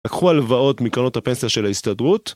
לקחו הלוואות מקרנות הפנסיה של ההסתדרות